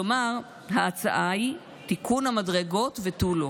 כלומר, ההצעה היא תיקון המדרגות ותו לא.